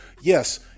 Yes